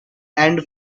and